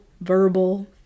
verbal